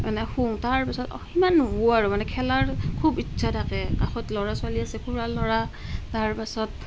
এনেকৈ শুওঁ তাৰ পাছত সিমান নুশুওঁ আৰু মানে খেলাৰ খুব ইচ্ছা থাকে কাষত ল'ৰা ছোৱালী আছে খুড়াৰ ল'ৰা তাৰ পাছত